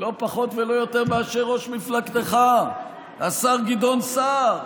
לא פחות ולא יותר מאשר ראש מפלגתך השר גדעון סער.